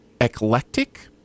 eclectic